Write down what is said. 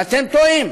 ואתם טועים,